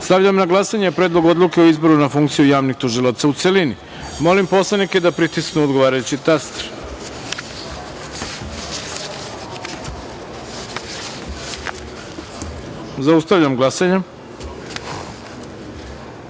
tužioce. Stavljam na glasanje Predlog odluke o izboru na funkciju javnih tužilaca, u celini. Molim poslanike da pritisnu odgovarajući taster. Zaustavljam glasanje: